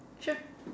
sure